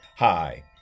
Hi